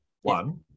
one